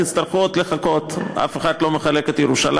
תצטרכו עוד לחכות, אף אחד לא מחלק את ירושלים.